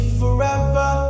forever